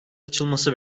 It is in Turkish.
açılması